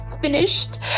finished